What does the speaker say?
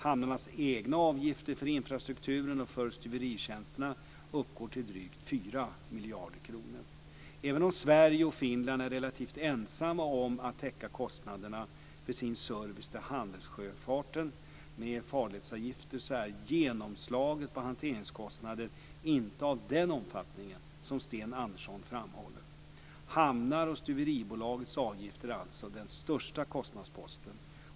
Hamnarnas egna avgifter för infrastrukturen och för stuveritjänsterna uppgår till drygt 4 miljarder kronor. Även om Sverige och Finland är relativt ensamma om att täcka kostnaderna för sin service till handelssjöfarten med farledsavgifter är genomslaget på hanteringskostnaden inte av den omfattning som Sten Andersson framhåller. Hamnoch stuveribolagets avgifter är alltså den största kostnadsposten.